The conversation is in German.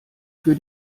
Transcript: für